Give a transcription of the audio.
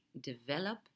develop